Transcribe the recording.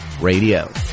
Radio